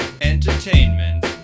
entertainment